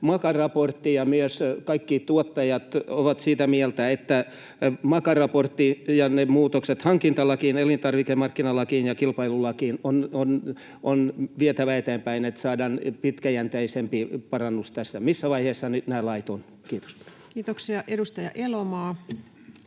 MAKA-raportti ja myös kaikki tuottajat ovat sitä mieltä, että MAKA-raportti ja ne muutokset hankintalakiin, elintarvikemarkkinalakiin ja kilpailulakiin on vietävä eteenpäin, että saadaan tässä pitkäjänteisempi parannus. Missä vaiheessa nämä lait nyt ovat? — Kiitos. [Speech 197]